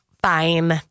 Fine